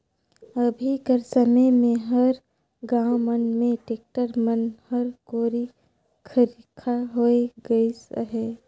अभी कर समे मे हर गाँव मन मे टेक्टर मन हर कोरी खरिखा होए गइस अहे